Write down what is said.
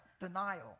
denial